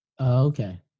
Okay